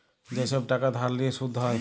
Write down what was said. যে ছব টাকা ধার লিঁয়ে সুদ হ্যয়